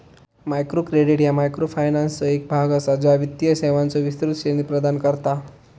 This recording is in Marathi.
मायक्रो क्रेडिट ह्या मायक्रोफायनान्सचो एक भाग असा, ज्या वित्तीय सेवांचो विस्तृत श्रेणी प्रदान करता